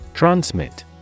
Transmit